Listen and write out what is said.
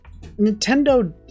Nintendo